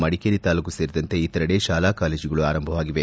ಮಡಿಕೇರಿ ತಾಲೂಕು ಸೇರಿದಂತೆ ಇತರೆಡೆ ಶಾಲಾ ಕಾಲೇಜುಗಳು ಆರಂಭವಾಗಿವೆ